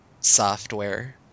software